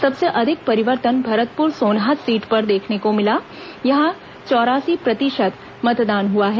सबसे अधिक परिवर्तन भरतपुर सोनहत सीट पर देखने को मिला है यहां चौरासी फीसदी मतदान हुआ है